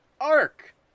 arc